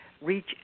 Reach